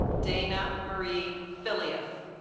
dana marie phileas